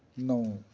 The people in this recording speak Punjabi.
ਨੌ